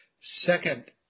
second